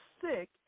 sick